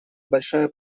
большая